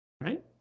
right